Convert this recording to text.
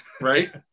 Right